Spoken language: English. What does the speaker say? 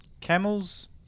Camels